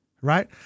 right